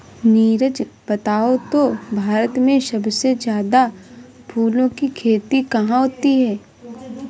नीरज बताओ तो भारत में सबसे ज्यादा फूलों की खेती कहां होती है?